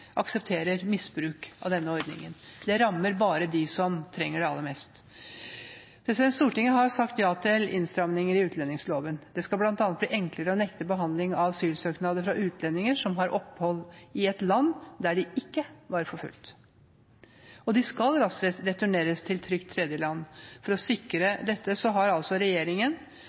aksepterer misbruk av denne ordningen. Det rammer bare dem som trenger det aller mest. Stortinget har sagt ja til innstramninger i utlendingsloven. Det skal bl.a. bli enklere å nekte behandling av asylsøknader fra utlendinger som har opphold i et land der de ikke er forfulgt. De skal raskt returneres til trygt tredjeland. For å sikre